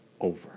over